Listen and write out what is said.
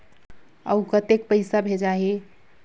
अउ कतेक पइसा भेजाही?